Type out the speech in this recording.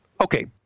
Okay